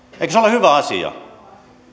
eikö se ole hyvä asia